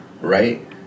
right